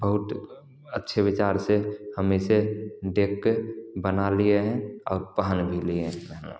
बहुत अच्छे विचार से हम इसे देख के बना लिए हैं और पहन भी लिए हैं धन्यवाद